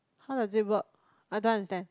how does it work I don't understand